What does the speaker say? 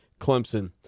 clemson